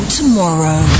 tomorrow